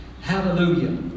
Hallelujah